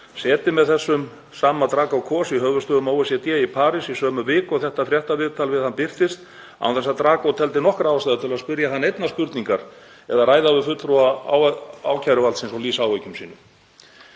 setið með þessum sama Drago Kos í höfuðstöðvum OECD í París í sömu viku og þetta fréttaviðtal við hann birtist án þess að Drago teldi nokkra ástæðu til að spyrja hann einnar spurningar eða ræða við fulltrúa ákæruvaldsins og lýsa áhyggjum sínum.